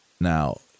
Now